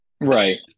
Right